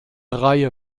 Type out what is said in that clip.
reihe